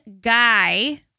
guy